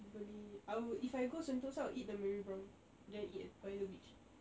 apa ni I will if I go sentosa I will eat the Marrybrown then I eat at by the beach